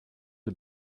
who